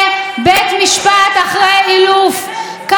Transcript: כל זמן שהוא היה מיושר איתכם,